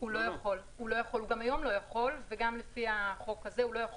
הוא לא יכול לפי החוק הזה, והוא גם לא יכול